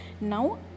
now